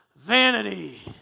vanity